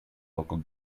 local